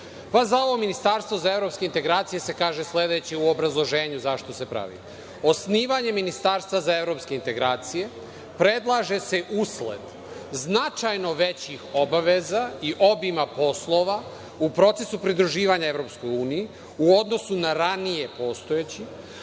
ovo ministarstvo za evropske integracije se kaže sledeće u obrazloženju zašto se pravi: „Osnivanje ministarstva za evropske integracije predlaže se usled značajno većih obaveza i obima poslova u procesu pridruživanja EU u odnosu na ranije postojeći,